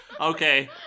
Okay